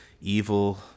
evil